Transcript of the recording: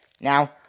Now